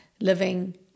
living